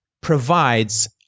provides